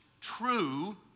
true